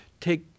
take